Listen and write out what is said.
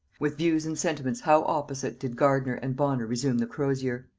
with views and sentiments how opposite did gardiner and bonner resume the crosier!